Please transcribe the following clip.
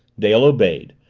dale obeyed,